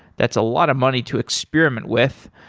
that's a lot of money to experiment with.